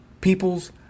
people's